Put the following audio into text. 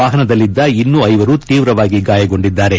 ವಾಹನದಲ್ಲಿದ್ದ ಇನ್ನೂ ಐವರು ತೀವ್ರವಾಗಿ ಗಾಯಗೊಂಡಿದ್ದಾರೆ